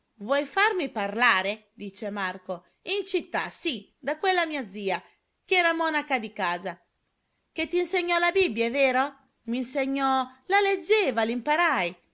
vuoi farmi parlare dice marco in città sì da quella mia zia ch'era monaca di casa che t'insegnò la bibbia è vero m'insegnò la leggeva l'imparai